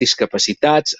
discapacitats